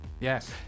Yes